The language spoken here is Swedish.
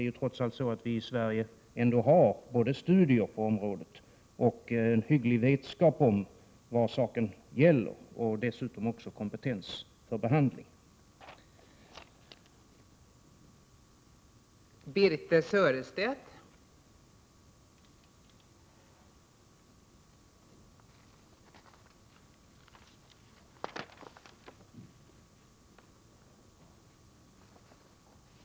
Vi har trots allt i Sverige gjort studier på området och har en hygglig vetskap om vad saken gäller och dessutom kompetens för behandling.